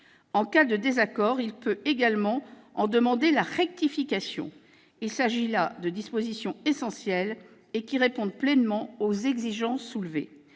En cas de désaccord, il peut également en demander la rectification. Il s'agit là de dispositions essentielles, qui répondent pleinement aux exigences soulevées.